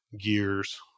gears